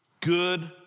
good